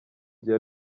gihe